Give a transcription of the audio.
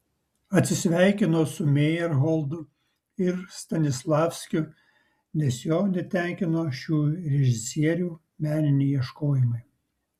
atsisveikino su mejerholdu ir stanislavskiu nes jo netenkino šių režisierių meniniai ieškojimai